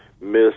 miss